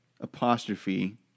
apostrophe